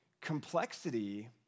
Complexity